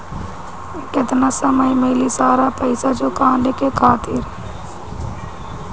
केतना समय मिली सारा पेईसा चुकाने खातिर?